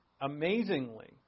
Amazingly